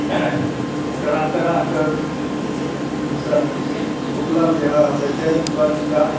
तरह तरहके ई सऽ उपलब्ध होइ होइ छै स्वच्छता